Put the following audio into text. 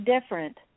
different